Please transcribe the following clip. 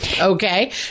okay